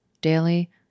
daily